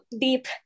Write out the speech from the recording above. deep